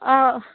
ಹಾ